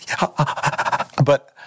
But-